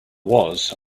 was